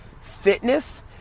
fitness